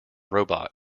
robot